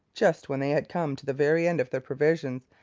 just when they had come to the very end of their provisions,